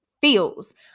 feels